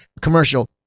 commercial